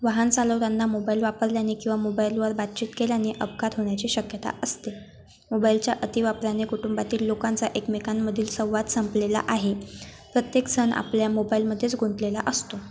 वाहन चालवतांना मोबाईल वापरल्याने किंवा मोबाईलवर बातचीत केल्याने अपघात होण्याची शक्यता असते मोबाईलच्या अति वापराने कुटुंबातील लोकांचा एकमेकांमधील संवाद संपलेला आहे प्रत्येकजण आपल्या मोबाईलमध्येच गुंतलेला असतो